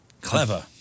Clever